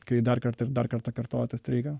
kai dar kartą ir dar kartą kartoja tą streiką